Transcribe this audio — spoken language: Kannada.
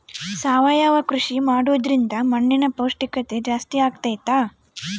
ಸಾವಯವ ಕೃಷಿ ಮಾಡೋದ್ರಿಂದ ಮಣ್ಣಿನ ಪೌಷ್ಠಿಕತೆ ಜಾಸ್ತಿ ಆಗ್ತೈತಾ?